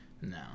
No